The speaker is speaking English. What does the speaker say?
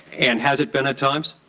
and has it been at times?